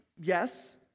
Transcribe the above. Yes